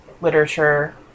literature